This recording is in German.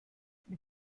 mit